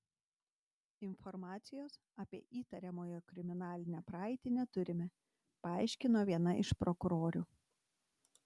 informacijos apie įtariamojo kriminalinę praeitį neturime paaiškino viena iš prokurorių